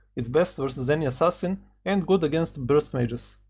its best vs any assassin and good against burst mages.